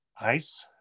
Ice